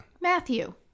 Matthew